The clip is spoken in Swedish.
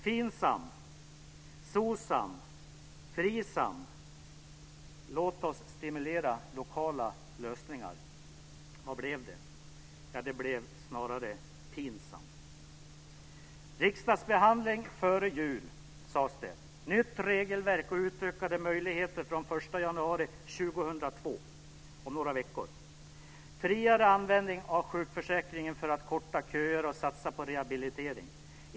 Finsam, Socsam, Frisam - låt oss stimulera lokala lösningar! Vad blev det! Det blev snarare "Pinsam". Det sades att det skulle vara riksdagsbehandling före jul, ett nytt regelverk och utökade möjligheter från den 1 januari 2002 - det är om några veckor - och friare användning av sjukförsäkringen för att man skulle korta köer och satsa på rehabilitering.